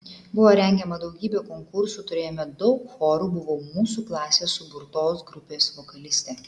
buvo rengiama daugybė konkursų turėjome daug chorų buvau mūsų klasės suburtos grupės vokalistė